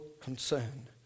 concern